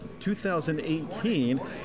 2018